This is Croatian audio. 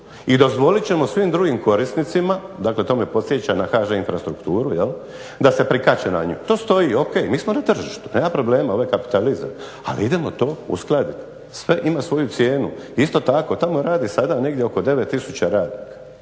I dozvolit ćemo svim drugim korisnicima, dakle to me podsjeća na HŽ infrastrukturu, jel' da se prikače na nju. To stoji, o.k., mi smo na tržištu, nema problema, ovo je kapitalizam. Ali idemo to uskladiti. Sve ima svoju cijenu. Isto tako, tamo radi sada negdje oko 9000 radnika.